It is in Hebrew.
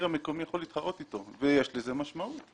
המקומי יכול להתחרות אתו ויש לזה משמעות.